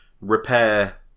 repair